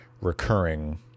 recurring